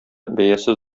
бәясе